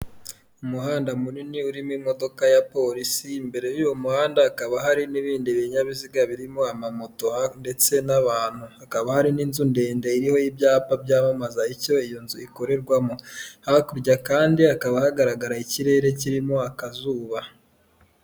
Umuhanda munini urimo imodoka ya polisi, imbere y'uyu muhanda hakaba hari n'ibindi binyabiziga birimo amamoto ndetse n'abantu. Hakaba hari n'inzu ndende iriho y'ibyapa byamamaza icyo iyo nzu ikorerwamo. Hakurya kandi hakaba hagaragara ikirere kirimo akazuba.